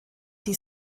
die